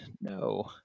No